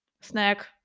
Snack